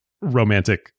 romantic